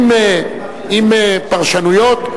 עם פרשנויות,